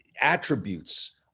attributes